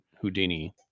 Houdini